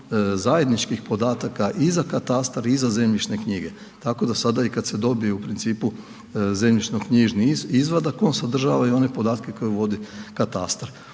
zajedničkih podataka i za katastar i za zemljišne knjige, tako da sada i kad se dobiju u principu zemljišno-knjižni izvadak, on sadržava i one podatke koje vodi katastar.